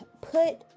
put